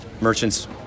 merchants